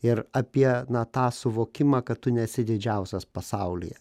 ir apie na tą suvokimą kad tu nesi didžiausias pasaulyje